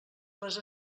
les